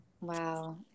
Wow